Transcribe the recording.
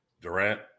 Durant